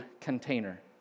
container